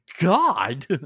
God